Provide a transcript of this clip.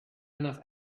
enough